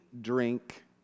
drink